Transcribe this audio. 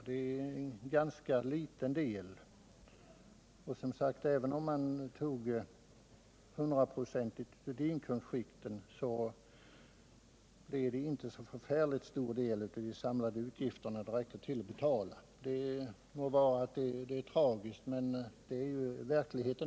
Det är kanske tragiskt, men sådan är verkligheten.